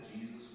Jesus